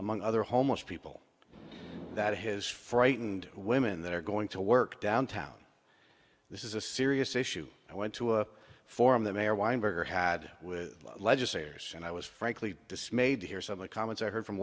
among other homeless people that has frightened women that are going to work downtown this is a serious issue i went to a forum that mayor weinberger had with legislators and i was frankly dismayed to hear some of comments i heard from